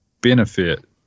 benefit